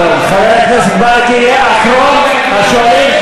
טוב, חבר הכנסת ברכה יהיה אחרון השואלים.